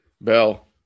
Bell